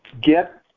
get